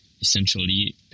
essentially